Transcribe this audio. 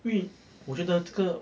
因为我觉得这个